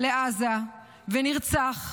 לעזה ונרצח,